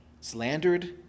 slandered